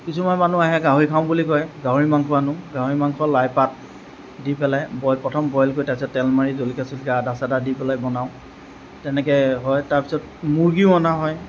কিছুমান মানুহ আহে গাহৰি খাওঁ বুলি কয় গাহৰি মাংস আনোঁ গাহৰি মাংস লাইপাত দি পেলায় বইল কৰোঁ প্ৰথম বইল কৰি লৈ পেলায় তাৰ পিছত তেল মাৰি জলকীয়া চলকীয়া আদা চাদা দি পেলায় বনাওঁ তেনেকে হয় তাৰ পিছত মুৰ্গীও অনা হয়